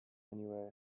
anyway